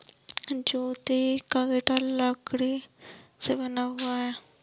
ज्योति का गिटार लकड़ी से बना हुआ है